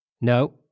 No